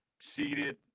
seated